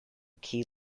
key